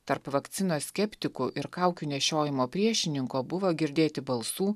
tarp vakcinos skeptikų ir kaukių nešiojimo priešininko buvo girdėti balsų